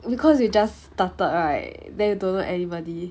because you just started right then you don't know anybody